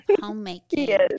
homemaking